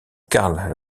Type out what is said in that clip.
karl